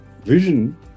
vision